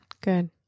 good